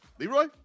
Leroy